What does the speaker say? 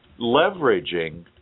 leveraging